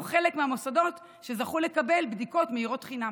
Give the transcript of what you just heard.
חלק מהמוסדות שזכו לקבל בדיקות מהירות חינם.